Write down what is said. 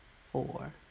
four